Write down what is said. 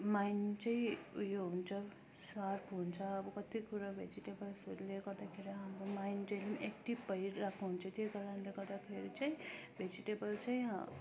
mind चाहिँ उयो हुन्छ सार्प हुन्छ अब कति कुरा भेजिटेबल्सहरूले गर्दाखेरि हाम्रो माइन्ड चाहिँ एक्टिभ भइरहेको हुन्छ त्यही कारणले गर्दाखेरि चाहिँ भेजिटेब ल चाहिँ